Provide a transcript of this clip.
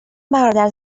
برادر